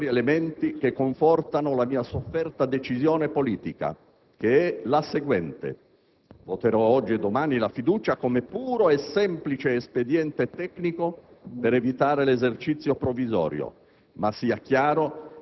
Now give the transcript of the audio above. sono ulteriori elementi che confortano la mia sofferta decisione politica, che è la seguente: voterò oggi e domani la fiducia come puro e semplice espediente tecnico per evitare l'esercizio provvisorio,